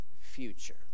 future